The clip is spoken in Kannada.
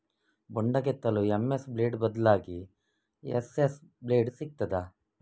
ಬೊಂಡ ಕೆತ್ತಲು ಎಂ.ಎಸ್ ಬ್ಲೇಡ್ ಬದ್ಲಾಗಿ ಎಸ್.ಎಸ್ ಬ್ಲೇಡ್ ಸಿಕ್ತಾದ?